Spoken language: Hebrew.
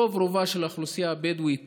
רוב-רובה של האוכלוסייה הבדואית